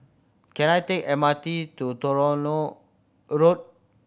can I take M R T to Road